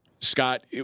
Scott